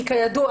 כי כידוע,